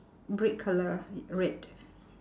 brick colour red